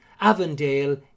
Avondale